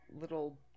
little